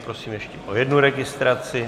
Prosím ještě o jednu registraci.